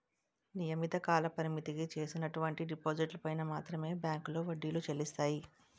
నియమిత కాలపరిమితికి చేసినటువంటి డిపాజిట్లు పైన మాత్రమే బ్యాంకులో వడ్డీలు చెల్లిస్తాయి